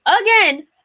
again